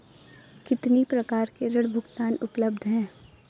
कितनी प्रकार के ऋण भुगतान उपलब्ध हैं?